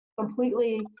completely